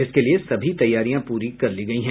इसके लिए सभी तैयारियां पूरी कर ली गई है